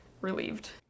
relieved